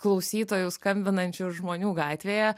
klausytojų skambinančių žmonių gatvėje